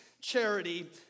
charity